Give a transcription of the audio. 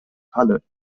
falle